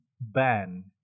ban